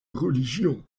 religion